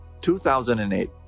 2008